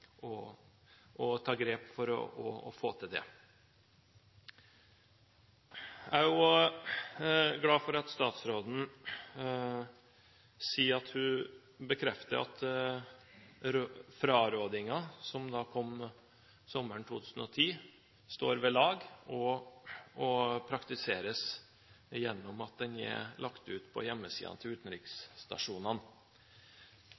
å ta grep for å få til det. Jeg er også glad for at statsråden sier at hun bekrefter at frarådingen som kom sommeren 2010, står ved lag og praktiseres gjennom at den er lagt ut på hjemmesidene til